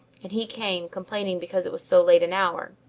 and he came, complaining because it was so late an hour.